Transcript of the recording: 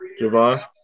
Javon